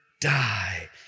die